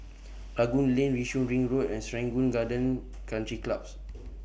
Rangoon Lane Yishun Ring Road and Serangoon Gardens Country Clubs